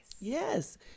Yes